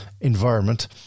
environment